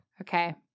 Okay